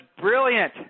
brilliant